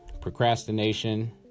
procrastination